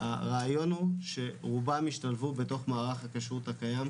הרעיון הוא שרובם השתלבו בתוך מערך הכשרות הקיים,